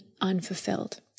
unfulfilled